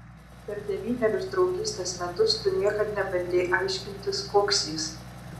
per devynerius draugystės metus tu niekad nebandei aiškintis koks jis